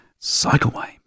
Cycleway